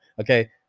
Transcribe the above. Okay